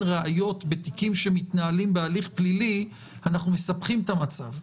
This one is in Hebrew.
ראיות בתיקים שמתנהלים בהליך פלילי אנחנו מסבכים את המצב.